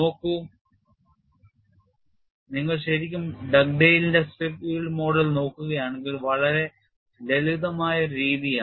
നോക്കൂ നിങ്ങൾ ശരിക്കും ഡഗ്ഡെയ്ലിന്റെ സ്ട്രിപ്പ് yield മോഡൽ നോക്കുകയാണെങ്കിൽ വളരെ ലളിതമായ ഒരു രീതിയാണ്